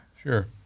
Sure